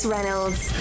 Reynolds